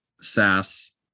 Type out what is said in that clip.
SaaS